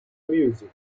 music